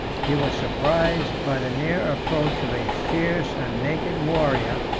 he was surprised by the near approach of a fierce and naked warrior,